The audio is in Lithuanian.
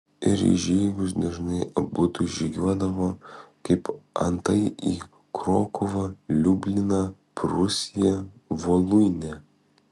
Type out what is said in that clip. ir į žygius dažnai abudu žygiuodavo kaip antai į krokuvą liubliną prūsiją voluinę